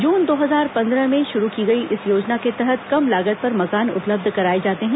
जून दो हजार पंद्रह में शुरू की गई इस योजना के तहत कम लागत पर मकान उपलब्ध कराए जाते हैं